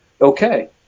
okay